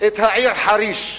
את העיר חריש.